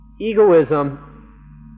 Egoism